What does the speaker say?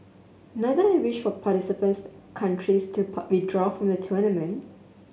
not that I wish for participates countries to withdraw from the tournament